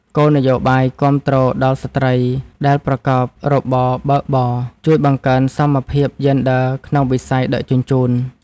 គោលនយោបាយគាំទ្រដល់ស្ត្រីដែលប្រកបរបរបើកបរជួយបង្កើនសមភាពយេនឌ័រក្នុងវិស័យដឹកជញ្ជូន។